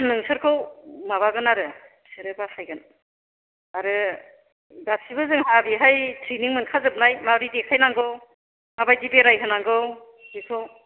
नोंसोरखौ माबागोन आरो बिसोरो बासायगोन आरो गासिबो जोंहा ओरैहाय ट्रिनिं मोनखा जोबनाय मारै देखायनांगौ माबायदि बेराय होनांगौ बेखौ